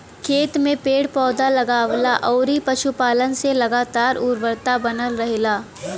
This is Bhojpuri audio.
खेत में पेड़ पौधा, लगवला अउरी पशुपालन से लगातार उर्वरता बनल रहेला